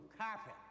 carpet